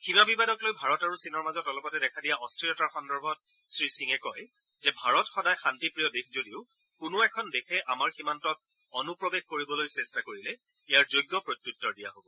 সীমা বিবাদক লৈ ভাৰত আৰু চীনৰ মাজত অলপতে দেখা দিয়া অস্থিৰতাৰ সন্দৰ্ভত শ্ৰীসিঙে কয় যে ভাৰত সদায় শান্তিপ্ৰিয় দেশ যদিও কোনো এখন দেশে আমাৰ সীমান্তত অনুপ্ৰৱেশ কৰিবলৈ প্ৰয়াস কৰিলে ইয়াৰ যোগ্য প্ৰত্যুত্তৰ দিয়া হব